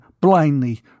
blindly